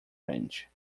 range